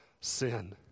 sin